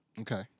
Okay